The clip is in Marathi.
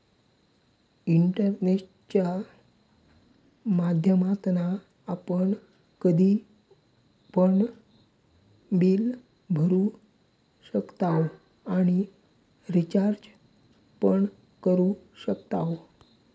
इंटरनेटच्या माध्यमातना आपण कधी पण बिल भरू शकताव आणि रिचार्ज पण करू शकताव